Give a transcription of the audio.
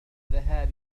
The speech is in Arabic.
الذهاب